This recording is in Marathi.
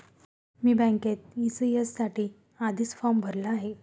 मी बँकेत ई.सी.एस साठी आधीच फॉर्म भरला होता